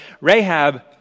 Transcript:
Rahab